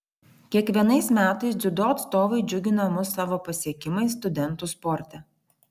kiekvienais metais dziudo atstovai džiugina mus savo pasiekimais studentų sporte